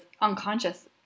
unconscious